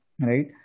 right